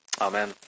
Amen